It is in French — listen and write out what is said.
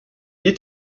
est